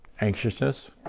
Anxiousness